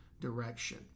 direction